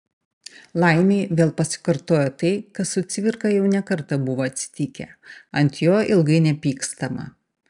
laimei vėl pasikartojo tai kas su cvirka jau ne kartą buvo atsitikę ant jo ilgai nepykstama